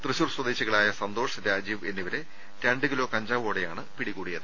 തൃശൂർ സ്വദേശി കളായ സന്തോഷ് രാജീവ് എന്നിവരെ രണ്ടു കിലോ കഞ്ചാവോടെയാണ് പിടികൂടിയത്